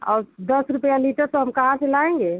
और दस रुपये लीटर तो हम कहाँ से लाएँगे